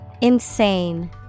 Insane